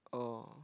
oh